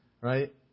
Right